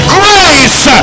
grace